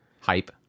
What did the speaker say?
Hype